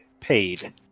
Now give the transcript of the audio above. paid